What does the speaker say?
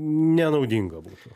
nenaudinga būtų